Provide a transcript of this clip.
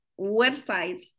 websites